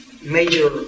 major